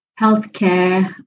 healthcare